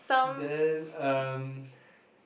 then um